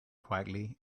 quietly